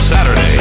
Saturday